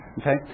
Okay